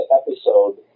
episode